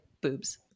boobs